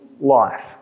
life